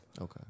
Okay